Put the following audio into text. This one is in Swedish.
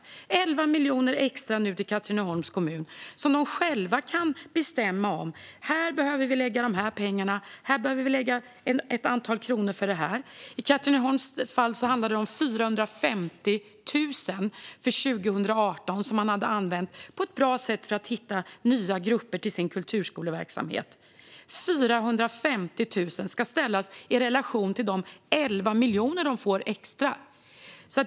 Nu får Katrineholms kommun 11 miljoner extra, som man själv kan bestämma över. Kommunen kan säga: Här behöver vi lägga de här pengarna, och där behöver vi lägga ett antal kronor. I Katrineholms fall handlar det om 450 000 för 2018, som man hade använt på ett bra sätt för att hitta nya grupper till sin kulturskoleverksamhet. 450 000 ska ställas i relation till de 11 miljoner de får extra.